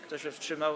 Kto się wstrzymał?